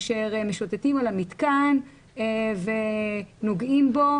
אשר משוטטים על המתקן ונוגעים בו,